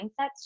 mindsets